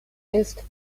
ist